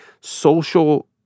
social